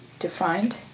defined